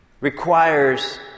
requires